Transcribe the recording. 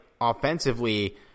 offensively